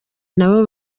nabo